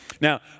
Now